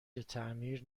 تعمیر